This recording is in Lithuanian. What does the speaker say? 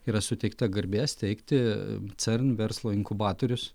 yra suteikta garbė steigti cern verslo inkubatorius